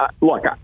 look